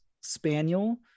spaniel